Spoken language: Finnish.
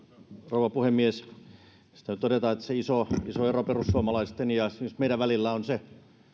rouva puhemies tässä täytyy todeta että se iso iso ero perussuomalaisten ja esimerkiksi meidän välillä on se